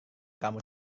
kamu